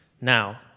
Now